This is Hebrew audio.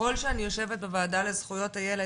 ככל שאני יושבת בוועדה לזכויות הילד,